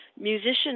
musicians